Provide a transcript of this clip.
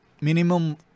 Minimum